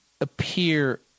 appear